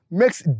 makes